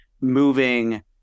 moving